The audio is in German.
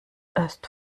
erst